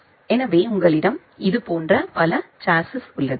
எனவே உங்களிடம் இது போன்ற பல சாஸ்ஸிஸ் உள்ளது